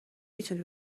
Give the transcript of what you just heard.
میتونی